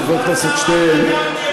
חבר הכנסת שטרן,